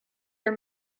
are